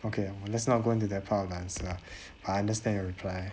okay let's not go into that part of the answer I understand your reply